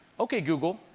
ok google,